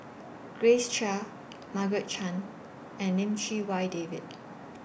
Grace Chia Margaret Chan and Lim Chee Wai David